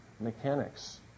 mechanics